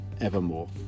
evermore